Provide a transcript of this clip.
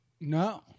No